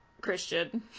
Christian